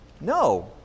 No